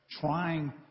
trying